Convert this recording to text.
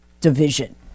division